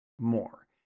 more